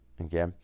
Okay